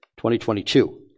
2022